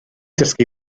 dysgu